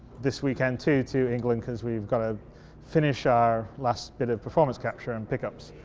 this weekend too to england cause we've got to finish our last bit of performance capture and pickups.